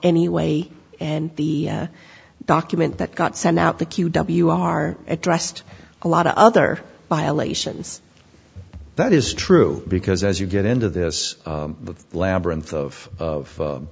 anyway and the document that got sent out the q w r addressed a lot of other violations that is true because as you get into this the labyrinth of of